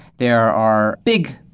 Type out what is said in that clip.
there are big,